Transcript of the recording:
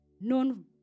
known